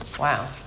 Wow